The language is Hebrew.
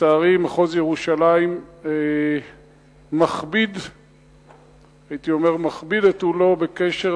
ולצערי מחוז ירושלים מכביד את עולו בקשר